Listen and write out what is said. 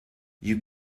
you